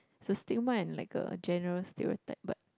is a stigma and like a general stereotype but